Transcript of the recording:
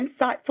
insightful